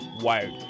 Wired